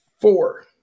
four